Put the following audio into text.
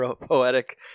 poetic